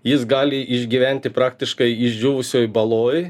jis gali išgyventi praktiškai išdžiūvusioj baloj